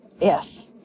Yes